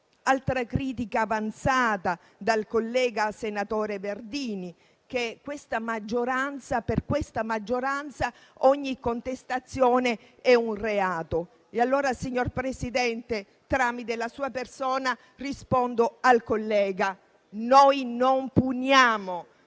Altra critica avanzata dal collega senatore Verducci, è che per questa maggioranza ogni contestazione è un reato. E allora, signor Presidente, tramite la sua persona rispondo al collega: noi non puniamo